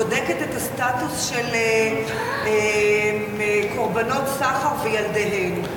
בודקת את הסטטוס של קורבנות סחר וילדיהם.